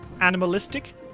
Animalistic